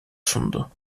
sundu